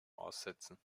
aussetzen